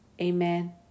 Amen